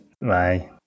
bye